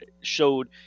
showed